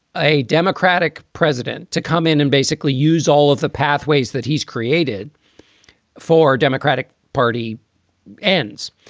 a democratic president to come in and basically use all of the pathways that he's created for democratic party ends.